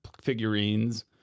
figurines